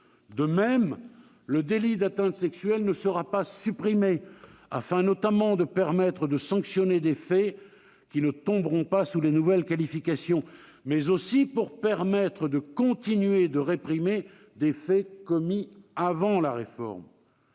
De même, le délit d'atteinte sexuelle ne sera pas supprimé, afin notamment de sanctionner des faits qui ne tomberont pas sous le coup des nouvelles qualifications, mais aussi de continuer de réprimer les faits commis avant la réforme.